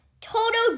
Total